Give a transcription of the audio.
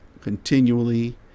continually